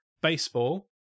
Baseball